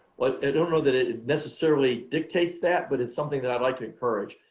but ah don't know that it necessarily dictates that but it's something that i'd like to encourage.